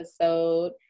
episode